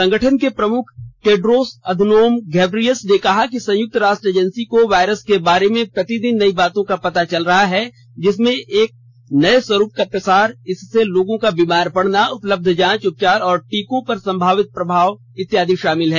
संगठन के प्रमुख टेड्रोस अधनोम घेब्रियसस ने कहा कि संयुक्त राष्ट्र एजेंसी को वायरस के बारे में प्रतिदिन नई बातों का पता चल रहा है जिसमें इसके नए स्वरूप का प्रसार इससे लोगों का बीमार पड़ना उपलब्ध जांच उपचार और टीकों पर संभावित प्रभाव इत्यादि शामिल है